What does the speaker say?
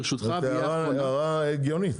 זאת הערה הגיונית.